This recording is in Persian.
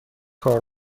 کار